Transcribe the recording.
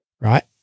right